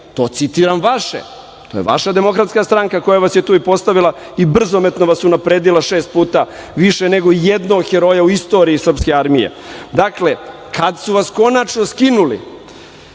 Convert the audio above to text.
To citiram vaše, to je vaša DS koja vas je tu i postavila i brzometno vas unapredila šest puta, više nego i jednog heroja u istoriji srpske armije. Dakle, kada su vas konačno skinuli,